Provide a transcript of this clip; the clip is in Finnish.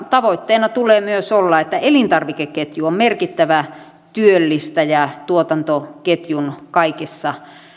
tavoitteena tulee myös olla että elintarvikeketju on merkittävä työllistäjä tuotantoketjun kaikissa